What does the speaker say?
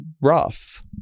rough